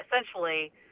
essentially